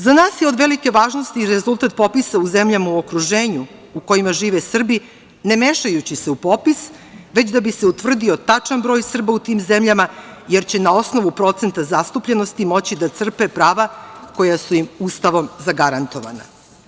Za nas je od velike važnosti i rezultat popisa u zemljama u okruženju u kojima žive Srbi, ne mešajući se u popis, već da bi se utvrdio tačan broj Srba u tim zemljama, jer će ne osnovu procenta zastupljenosti moći da crpe prava koja su im Ustavom zagarantovana.